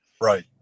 Right